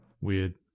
Weird